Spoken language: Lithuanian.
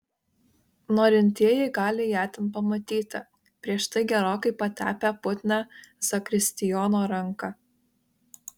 norintieji gali ją ten pamatyti prieš tai gerokai patepę putnią zakristijono ranką